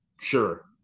Sure